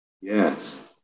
yes